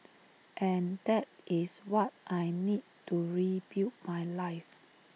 and that is what I need to rebuild my life